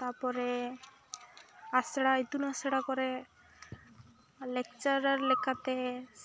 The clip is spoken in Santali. ᱛᱟᱯᱚᱨᱮ ᱟᱥᱲᱟ ᱤᱛᱩᱱ ᱟᱥᱲᱟ ᱠᱚᱨᱮ ᱞᱮᱠᱪᱟᱨᱮᱞ ᱞᱮᱠᱟᱛᱮ